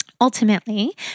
ultimately